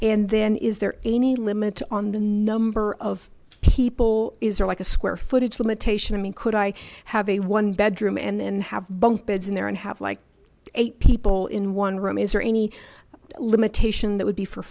and then is there any limit on the number of people is there like a square footage limitation i mean could i have a one bedroom and have bunk beds in there and have like eight people in one room is there any limitation that would be for